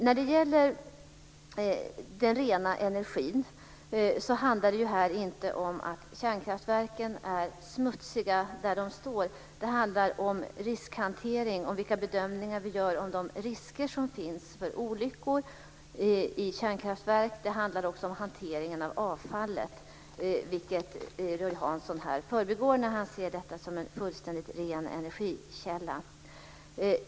När det gäller den rena energin handlar det inte om att kärnkraftverken är smutsiga där de står, utan det handlar om riskhantering och vilka bedömningar vi gör av de risker som finns för olyckor i kärnkraftverk och också om hanteringen av avfallet. Roy Hansson förbigår det när han ser detta som en fullständigt ren energikälla.